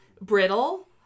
brittle